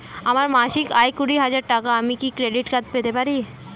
আমার মাসিক আয় কুড়ি হাজার টাকা আমি কি ক্রেডিট কার্ড পেতে পারি?